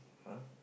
!huh!